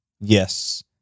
yes